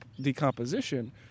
decomposition –